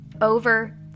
over